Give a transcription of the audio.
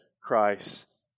Christ